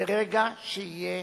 ברגע שיהיה